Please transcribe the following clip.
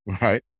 right